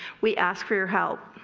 we ask for your help.